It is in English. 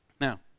Now